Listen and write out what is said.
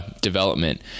development